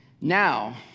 now